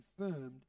confirmed